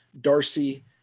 Darcy